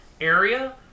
area